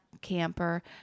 camper